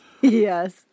Yes